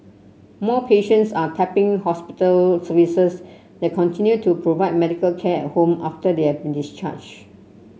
more patients are tapping hospital services that continue to provide medical care at home after they have been discharged